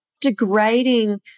degrading